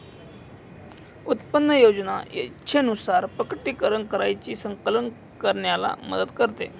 उत्पन्न योजना इच्छेनुसार प्रकटीकरण कराची संकलन करण्याला मदत करते